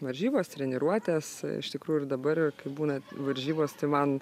varžybos treniruotės iš tikrųj ir dabar ir kai būna varžybos tai man